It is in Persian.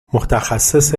متخصص